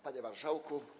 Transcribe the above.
Panie Marszałku!